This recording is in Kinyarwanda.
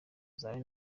zawe